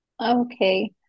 Okay